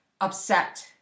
upset